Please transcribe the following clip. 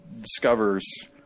discovers